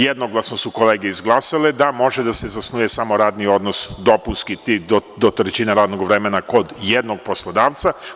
Jednoglasno su kolege izglasale da može da se zasnuje samo radni odnos dopunski do trećine radnog vremena kod jednog poslodavca.